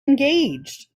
engaged